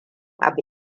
abu